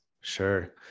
Sure